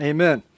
Amen